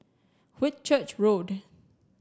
Whitchurch Road